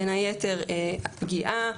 בין היתר פגיעה,